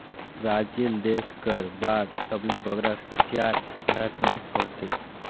Brazil देस कर बाद सबले बगरा कुसियार भारत में होथे